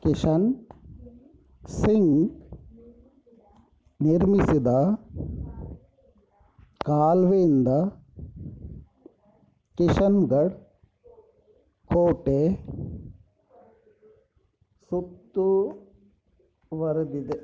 ಕಿಶನ್ ಸಿಂಗ್ ನಿರ್ಮಿಸಿದ ಕಾಲುವೆಯಿಂದ ಕಿಶನ್ಗಢ್ ಕೋಟೆ ಸುತ್ತುವರೆದಿದೆ